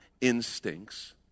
instincts